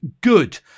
good